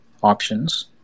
options